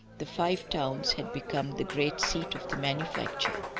the five towns had become the great seat of the manufacture.